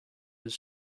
his